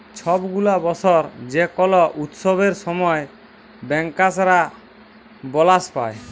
ছব গুলা বসর যে কল উৎসবের সময় ব্যাংকার্সরা বলাস পায়